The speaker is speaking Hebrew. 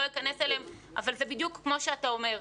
אכנס אליהם אבל זה בדיוק כמו שאתה אומר.